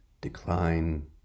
decline